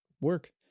work